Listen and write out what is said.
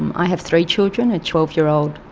i have three children, a twelve year old,